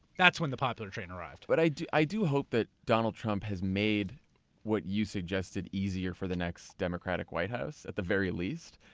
that's when the popular train arrived. but i do i do hope that donald trump has made what you suggested easier for the next democratic white house at the very least.